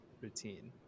routine